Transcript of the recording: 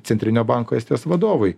centrinio banko estijos vadovai